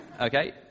Okay